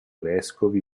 vescovi